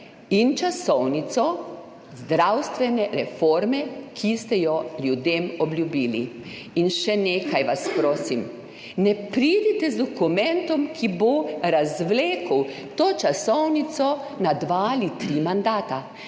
in časovnico zdravstvene reforme, ki ste jo ljudem obljubili. In še nekaj vas prosim. Ne pridite z dokumentom, ki bo razvlekel to časovnico na dva ali tri mandate.